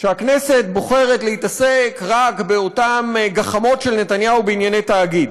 שהכנסת בוחרת להתעסק רק באותן גחמות של נתניהו בענייני תאגיד